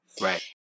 Right